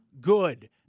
good